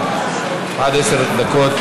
עד עשר דקות.